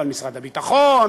אבל משרד הביטחון,